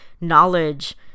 knowledge